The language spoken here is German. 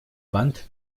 wand